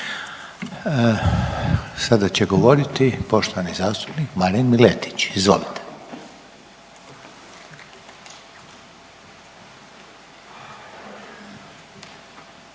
Sada će govoriti poštovani zastupnik Marin Miletić. Izvolite.